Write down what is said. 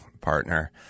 partner